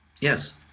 Yes